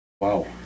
Wow